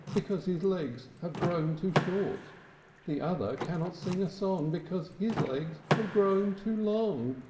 because his legs have grown too short the other cannot sing a song, because his legs have grown too long!